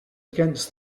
against